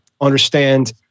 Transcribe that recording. understand